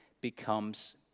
becomes